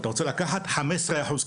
אתה רוצה לקחת הלוואה?